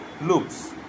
loops